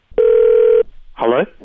hello